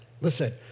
Listen